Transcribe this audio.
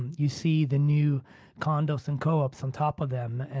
you see the new condos and co-ops on top of them,